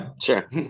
sure